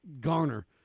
garner